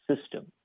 system